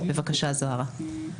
בבקשה זוהרה.